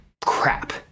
crap